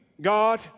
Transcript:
God